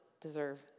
deserve